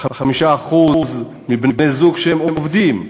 ו-5% מבני-זוג שהם עובדים,